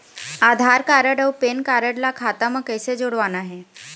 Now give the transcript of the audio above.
आधार card अऊ PAN card ला खाता म कइसे जोड़वाना हे?